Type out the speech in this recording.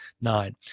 nine